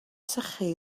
sychu